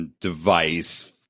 device